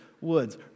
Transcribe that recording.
woods